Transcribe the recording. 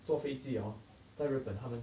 坐飞机 hor 在日本他们